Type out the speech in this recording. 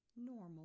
Normal